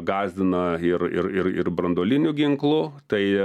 gąsdina ir ir ir ir branduoliniu ginklu tai